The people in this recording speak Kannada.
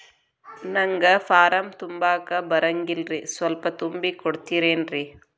ನಂಗ ಫಾರಂ ತುಂಬಾಕ ಬರಂಗಿಲ್ರಿ ಸ್ವಲ್ಪ ತುಂಬಿ ಕೊಡ್ತಿರೇನ್ರಿ?